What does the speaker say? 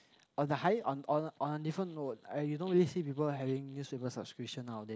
on the hi~ on on on a different note I you don't really see people having newspaper subscription nowadays